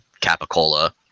Capicola